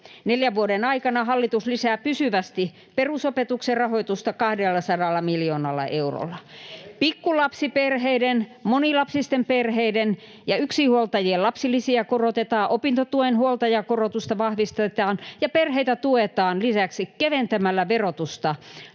Neljän vuoden aikana hallitus lisää pysyvästi perusopetuksen rahoitusta 200 miljoonalla eurolla. Pikkulapsiperheiden, monilapsisten perheiden ja yksinhuoltajien lapsilisiä korotetaan, opintotuen huoltajakorotusta vahvistetaan ja perheitä tuetaan lisäksi keventämällä verotusta